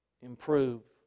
improve